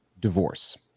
divorce